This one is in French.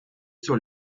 sur